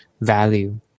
value